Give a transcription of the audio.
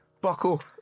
buckle